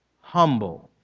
humble